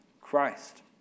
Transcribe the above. Christ